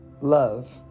love